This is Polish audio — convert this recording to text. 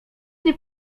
nie